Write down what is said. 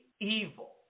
evil